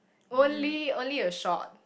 only only a short